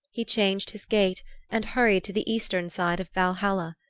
he changed his gait and hurried to the eastern side of valhalla.